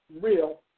real